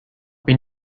been